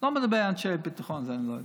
אני לא מדבר על אנשי ביטחון, את זה אני לא יודע.